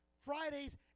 Fridays